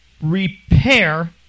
repair